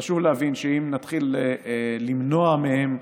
חשוב להבין שאם נתחיל למנוע מהם,